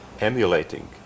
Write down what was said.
emulating